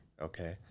Okay